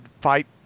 fight